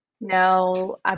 No